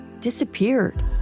disappeared